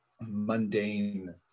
mundane